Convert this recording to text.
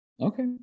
Okay